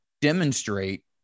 demonstrate